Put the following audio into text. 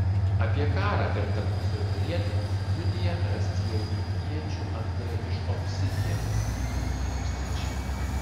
apie karą ir tarpusavio rietenas liudija rastieji iečių antgaliai iš obsidiano jų tūkstančiai